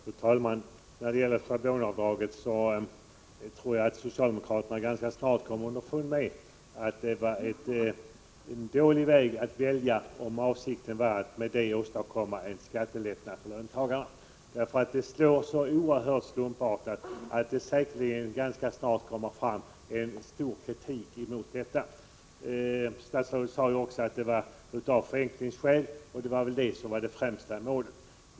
Fru talman! När det gäller schablonavdraget tror jag att socialdemokraterna ganska snart kommer underfund med att de har valt en dålig väg om avsikten var att med avdraget åstadkomma skattelättnader för löntagarna. Avdragsbestämmelserna slår så oerhört slumpartat att det säkerligen inom kort kommer att framföras stark kritik mot dem. Statsrådet sade att det var av förenklingsskäl som man genomförde ändringen — och det var nog en förenkling som var det främsta målet.